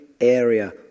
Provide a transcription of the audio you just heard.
area